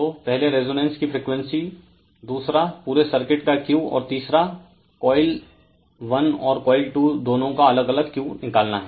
तो पहले रेजोनेंस की फ्रीक्वेंसी दूसरा पूरे सर्किट का Q और तीसरा कोइल1 और कोइल 2 दोनों का अलग अलग Q निकालना हैं